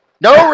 No